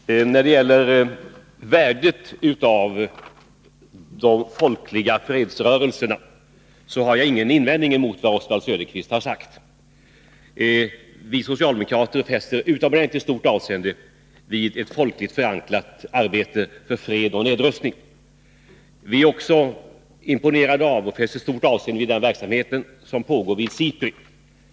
Herr talman! När det gäller värdet av de folkliga fredsrörelserna har jag ingen invändning mot vad Oswald Söderqvist har sagt. Vi socialdemokrater fäster utomordentligt stort avseende vid ett folkligt förankrat arbete för fred och nedrustning. Vi är också imponerade av och fäster stor vikt vid den verksamhet som pågår vid SIPRI.